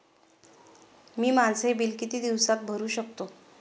मी माझे बिल किती दिवसांत भरू शकतो?